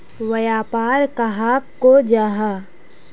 व्यापार कहाक को जाहा?